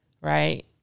right